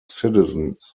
citizens